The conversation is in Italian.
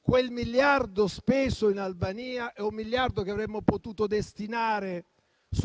Quel miliardo speso in Albania è un miliardo che avremmo potuto destinare